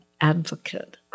advocate